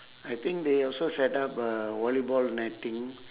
I think they also set up a volleyball netting